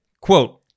quote